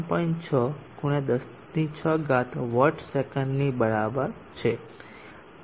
6 × 106 watt સેકંડની બરાબર છે